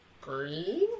Green